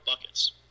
buckets